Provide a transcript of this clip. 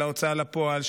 של ההוצאה לפועל,